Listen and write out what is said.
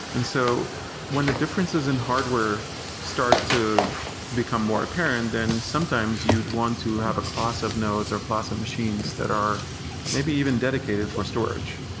and so when the differences in hardware start to become more apparent, then sometimes you'd want to have a class of nodes or class of machines that are maybe even dedicated for storage.